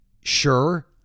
sure